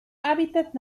hábitat